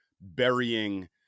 burying